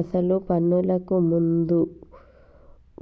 అసలు పన్నులకు ముందు